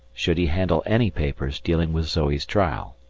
should he handle any papers dealing with zoe's trial.